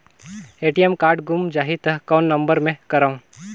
ATM card गुम जाही त कौन नम्बर मे करव?